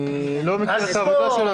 אני לא מכיר את זה.